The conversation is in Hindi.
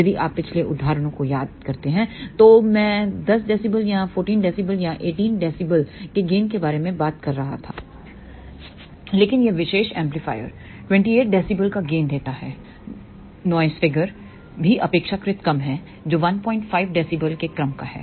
यदि आप पिछले उदाहरणों को याद करते हैं तो मैं 10 dB या 14 dB या 18 dB के गेन के बारे में बात कर रहा था लेकिन यह विशेष एम्पलीफायर 28 dBका गेन देता है नॉइस फिगर यह आंकड़ा भी अपेक्षाकृत कम है जो 15 dB के क्रम का है